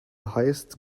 highest